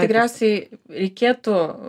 tikriausiai reikėtų